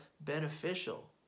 beneficial